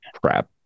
crap